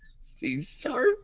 C-sharp